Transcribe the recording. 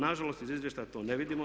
Na žalost iz izvještaja to ne vidimo.